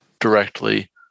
directly